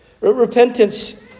Repentance